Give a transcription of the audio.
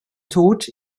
tod